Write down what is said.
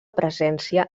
presència